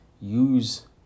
use